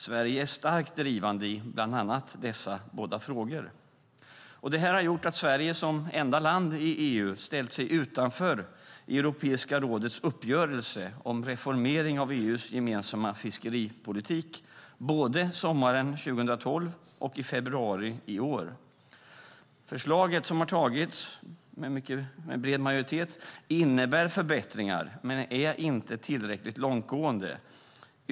Sverige är starkt drivande i bland annat dessa båda frågor. Det här har gjort att Sverige som enda land i EU ställt sig utanför Europeiska rådets uppgörelse om en reformering av EU:s gemensamma fiskeripolitik, både sommaren 2012 och i februari i år. Förslaget, som har antagits med bred majoritet, innebär förbättringar men är inte tillräckligt långtgående.